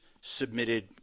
submitted